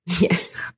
Yes